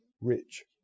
rich